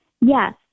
Yes